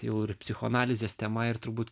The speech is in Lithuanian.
jau ir psichoanalizės tema ir turbūt